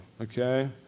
okay